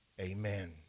Amen